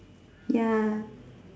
ya